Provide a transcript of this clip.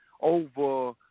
over